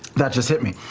that just hit me.